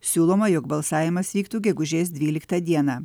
siūloma jog balsavimas vyktų gegužės dvyliktą dieną